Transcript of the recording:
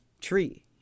tree